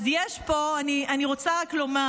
אז יש פה, אני רק רוצה לומר: